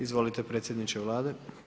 Izvolite predsjedniče Vlade.